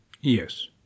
Yes